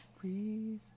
breathe